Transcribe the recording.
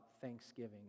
thanksgiving